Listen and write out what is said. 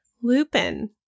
Lupin